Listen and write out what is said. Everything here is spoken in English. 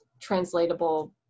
translatable